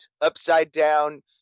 upside-down